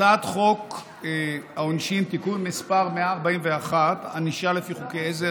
הצעת חוק העונשין (תיקון מס' 141) (ענישה לפי חוקי עזר),